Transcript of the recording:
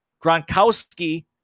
Gronkowski